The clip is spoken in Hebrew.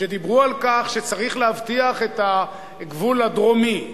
שדיברו על כך שצריך להבטיח את הגבול הדרומי,